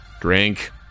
Drink